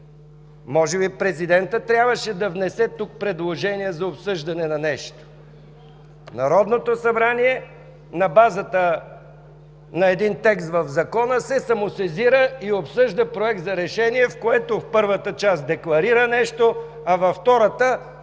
Може би президентът трябваше да внесе тук предложение за обсъждане на нещо. Народното събрание на базата на текст в Закона се самосезира и обсъжда Проект за решение, в което в първата част декларира нещо, а във втората – определя